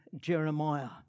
Jeremiah